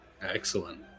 excellent